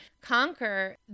conquer